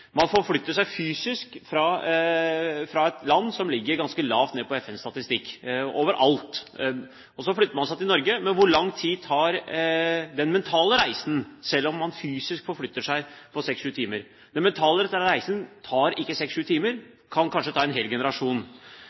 Man forflytter seg fysisk fra et land som ligger ganske lavt nede på FNs statistikk over alle ting. Så forflytter man seg til Norge. Men hvor lang tid tar den mentale reisen, selv om man fysisk forflytter seg på seks–sju timer? Den mentale reisen tar ikke seks–sju timer. Den kan kanskje ta en hel generasjon.